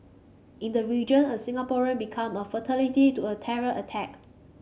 in the region a Singaporean became a fatality to a terror attack